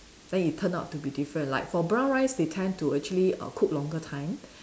then it turn out to be different like for brown rice they tend to actually err cook longer time